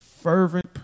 fervent